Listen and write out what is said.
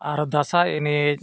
ᱟᱨ ᱫᱟᱸᱥᱟᱭ ᱮᱱᱮᱡ